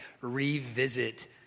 revisit